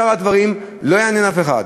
שאר הדברים, לא יעניין אף אחד.